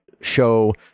Show